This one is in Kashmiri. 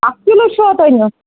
اَکھ کِلوٗ چھُوا تۄہہِ نیُن